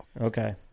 Okay